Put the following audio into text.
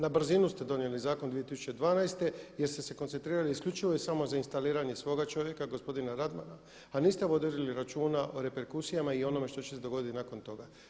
Na brzinu ste donijeli zakon 2012. jer ste se koncentrirali isključivo i samo za instaliranje svoga čovjeka, gospodina Radmana a niste vodili računa o reperkusijama i onome što će se dogoditi nakon toga.